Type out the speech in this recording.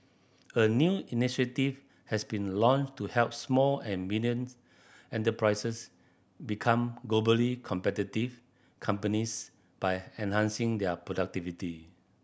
a new initiative has been launched to help small and medium enterprises become globally competitive companies by enhancing their productivity